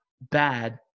bad